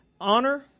honor